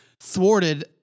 thwarted